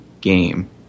game